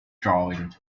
drawing